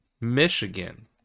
Michigan